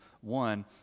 One